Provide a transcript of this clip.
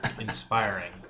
Inspiring